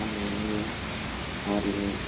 आंनि हारिनि